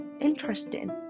interesting